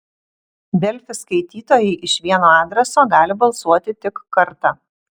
delfi skaitytojai iš vieno adreso gali balsuoti tik kartą